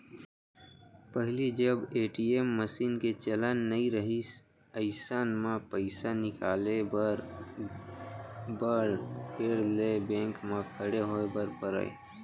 पहिली जब ATM machine के चलन नइ रहिस अइसन म पइसा निकाले बर बड़ बेर ले बेंक म खड़े होय बर परय